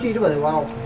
you know of the wild